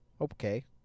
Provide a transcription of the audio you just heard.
Okay